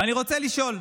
ואני רוצה לשאול: